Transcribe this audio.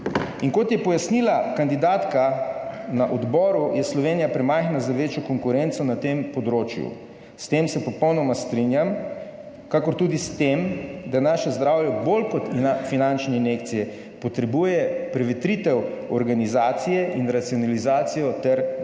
in kot je pojasnila kandidatka na odboru, je Slovenija premajhna za večjo konkurenco na tem področju. S tem se popolnoma strinjam, kakor tudi s tem, da naše zdravje bolj kot finančne injekcije potrebuje prevetritev organizacije in racionalizacijo ter